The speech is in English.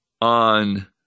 on